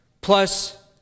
plus